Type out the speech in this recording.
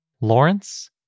Lawrence